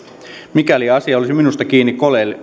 mikäli asia olisi minusta kiinni